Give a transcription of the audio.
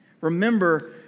Remember